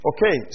Okay